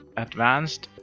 advanced